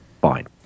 Fine